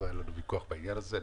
היה לנו ויכוח בעניין הזה.